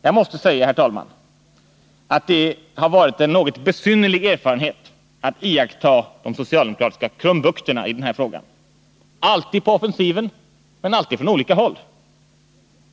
Jag måste säga, herr talman, att det har varit en något besynnerlig erfarenhet att iaktta de socialdemokratiska krumbukterna i denna fråga. Alltid på offensiven, men alltid från olika håll.